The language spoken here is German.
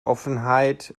offenheit